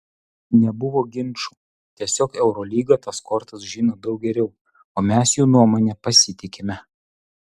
nebuvo ginčų tiesiog eurolyga tas kortas žino daug geriau o mes jų nuomone pasitikime